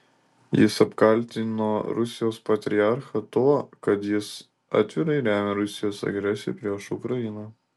jis apkaltino rusijos patriarchą tuo kad jis atvirai remia rusijos agresiją prieš ukrainą